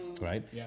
right